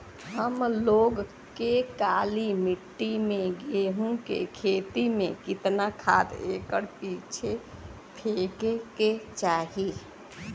हम लोग के काली मिट्टी में गेहूँ के खेती में कितना खाद एकड़ पीछे फेके के चाही?